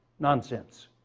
nonsense.